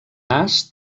nas